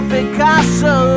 Picasso